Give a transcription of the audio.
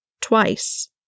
Twice